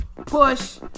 Push